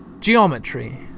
Geometry